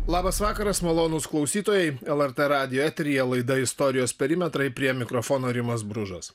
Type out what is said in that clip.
labas vakaras malonūs klausytojai lrt radijo eteryje laida istorijos perimetrai prie mikrofono rimas bružas